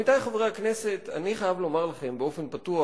עמיתי חברי הכנסת, אני חייב לומר לכם באופן פתוח,